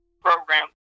program